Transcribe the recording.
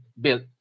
built